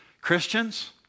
Christians